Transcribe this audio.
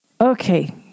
Okay